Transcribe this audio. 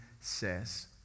says